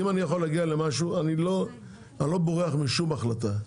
אם אני יכול להגיע למשהו, אני לא בורח משום החלטה.